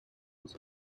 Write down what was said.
was